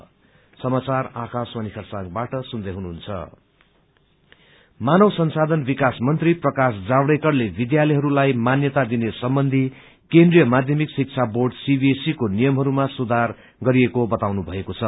HRD मानव संसाधन विकास मंत्री प्रकाश जावड़ेकरले विध्याकहरूलाई मान्यता दिने सबन्धी केन्द्रिय माध्यमिक शिक्षा बोड सीबीएसई को यिमहरूमा सुधार गरिएको बताउनुभएको छ